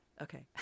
okay